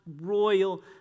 royal